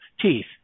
teeth